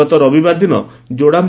ଗତ ରବିବାର ଦିନ ଯୋଡ଼ାମ୍